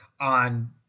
on